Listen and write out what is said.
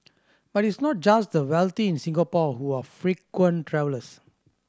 but it's not just the wealthy in Singapore who are frequent travellers